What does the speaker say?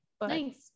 Thanks